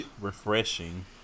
refreshing